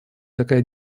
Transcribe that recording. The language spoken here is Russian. такая